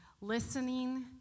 Listening